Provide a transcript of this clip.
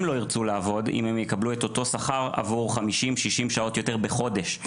לא ירצו לעבוד אם הם יקבלו את אותו שכר עבור 60-50 שעות יותר בחודש.